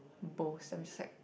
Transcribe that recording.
Bose I'm